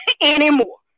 anymore